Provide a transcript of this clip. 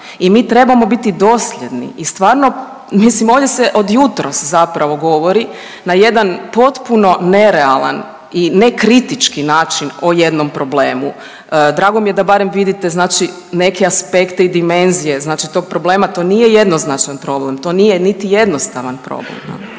i mi trebamo biti dosljedni i stvarno mislim ovdje se od jutros zapravo govori na jedan potpuno nerealan i nekritički način o jednom problemu. Drago mi je da barem vidite neke aspekte i dimenzije znači tog problema, to nije jednoznačan problem, to nije niti jednostavan problem.